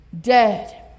dead